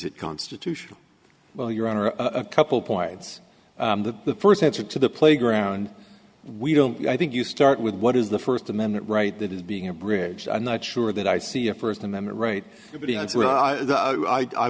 it constitutional well your honor a couple points to the first answer to the playground we don't i think you start with what is the first amendment right that is being a bridge i'm not sure that i see a first amendment right